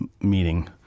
meeting